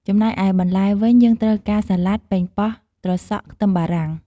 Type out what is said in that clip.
ចំណែកឯបន្លែវិញ យើងត្រូវការ សាឡាត់ ប៉េងប៉ោះ ត្រសក់ ខ្ទឹមបារាំង។